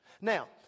Now